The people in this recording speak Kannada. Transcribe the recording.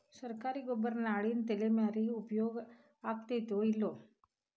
ಸರ್ಕಾರಿ ಗೊಬ್ಬರ ನಾಳಿನ ತಲೆಮಾರಿಗೆ ಉಪಯೋಗ ಆಗತೈತೋ, ಇಲ್ಲೋ?